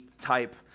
type